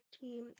team